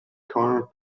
cornered